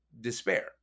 despair